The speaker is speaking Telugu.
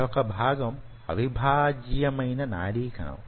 మరొక భాగం అవిభాజ్యమైన నాడీ కణం